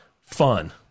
fun